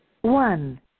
One